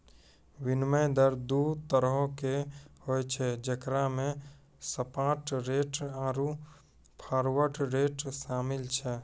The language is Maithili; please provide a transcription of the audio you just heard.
विनिमय दर दु तरहो के होय छै जेकरा मे स्पाट रेट आरु फारवर्ड रेट शामिल छै